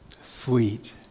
Sweet